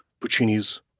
Puccini's